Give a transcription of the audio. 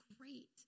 great